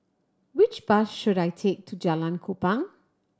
which bus should I take to Jalan Kupang